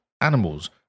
animals